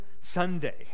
Sunday